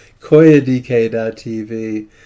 koyadk.tv